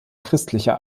christlicher